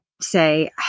say